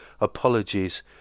apologies